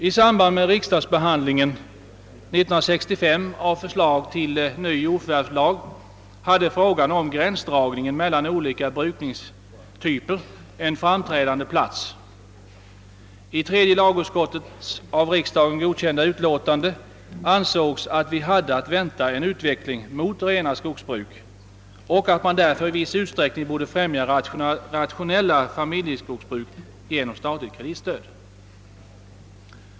I samband med riksdagsbehandlingen år 1965 av förslaget till ny jordförvärvslag hade frågan om gränsdragningen mellan olika brukningstyper en framträdande plats. I tredje lagutskottets av riksdagen godkända utlåtande sades att vi hade att vänta en utveckling mot rena skogsbruk och att man därför i viss utsträckning borde främja rationella familjeskogsbruk genom statligt kreditstöd.